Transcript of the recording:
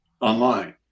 online